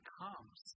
comes